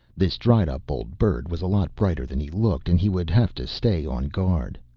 this dried up old bird was a lot brighter than he looked and he would have to stay on guard.